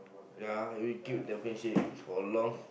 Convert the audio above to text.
ya we keep the friendship for a long